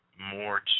more